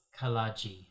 Kalaji